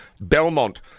Belmont